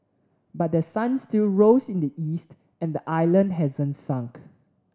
but the sun still rose in the east and the island hasn't sunk